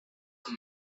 that